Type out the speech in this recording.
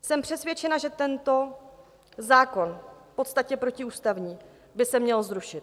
Jsem přesvědčena, že tento zákon, v podstatě protiústavní, by se měl zrušit.